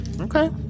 Okay